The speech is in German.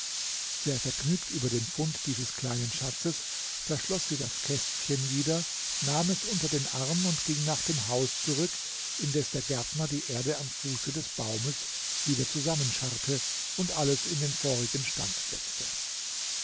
sehr vergnügt über den fund dieses kleinen schatzes verschloß sie das kästchen wieder nahm es unter den arm und ging nach dem haus zurück indes der gärtner die erde am fuße des baumes wieder zusammenscharrte und alles in den vorigen stand setzte